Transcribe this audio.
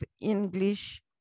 English